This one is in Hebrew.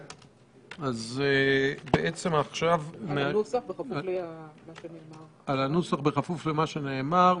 על הנוסח בכפוף למה שנאמר.